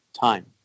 time